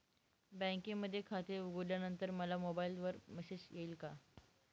बँकेमध्ये खाते उघडल्यानंतर मला मोबाईलवर मेसेज येईल का?